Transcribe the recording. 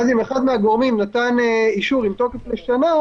ואז אם אחד מהגורמים נתן אישור עם תוקף לשנה,